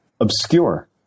obscure